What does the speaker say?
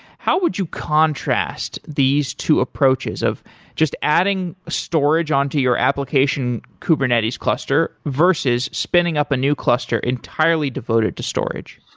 how would you contrast contrast these two approaches of just adding storage onto your application kubernetes cluster versus spinning up a new cluster entirely devoted to storage?